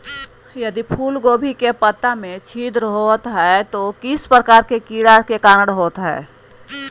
यदि फूलगोभी के पत्ता में छिद्र होता है तो किस प्रकार के कीड़ा के कारण होता है?